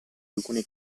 alcuni